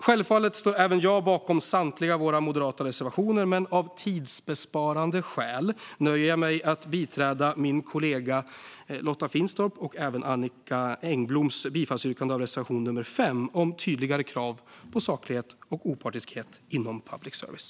Självfallet står även jag bakom samtliga våra moderata reservationer, men av tidsbesparingsskäl nöjer jag mig med att biträda mina kollegor Lotta Finstorps och Annicka Engbloms bifallsyrkande till reservation 5 om tydligare krav på saklighet och opartiskhet inom public service.